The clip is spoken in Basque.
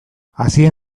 hazien